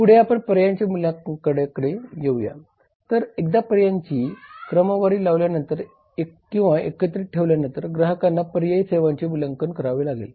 पुढे आपण पर्यायांच्या मूल्यांकनाकडे येऊया तर एकदा पर्यायांची क्रमवारी लावल्यानंतर किंवा एकत्रित ठेवल्यानंतर ग्राहकांना पर्यायी सेवांचे मूल्यांकन करावे लागेल